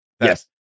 Yes